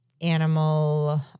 animal